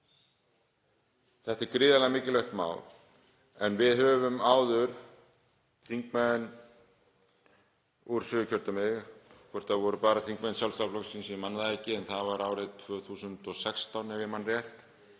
Þetta er gríðarlega mikilvægt mál. Við höfum áður, þingmenn úr Suðurkjördæmi, hvort það voru bara þingmenn Sjálfstæðisflokksins, ég man það ekki, en það var árið 2016 ef ég man rétt,